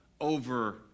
over